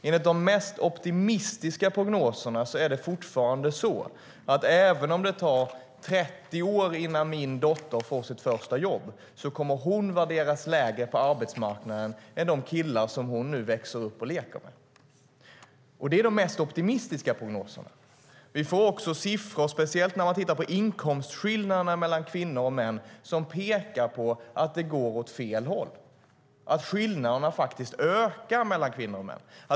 Enligt de mest optimistiska prognoserna är det fortfarande så att även om det tar 30 år innan min dotter får sitt första jobb kommer hon att värderas lägre på arbetsmarknaden än de killar som hon nu växer upp och leker med. Det är de mest optimistiska prognoserna. Speciellt när vi ser på inkomstskillnaderna mellan kvinnor och män ser vi att siffrorna pekar på att det går åt fel. Skillnaderna ökar mellan kvinnor och män.